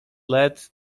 led